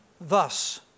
thus